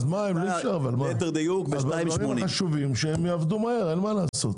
בדברים החשובים, שיעבדו מהר, אין מה לעשות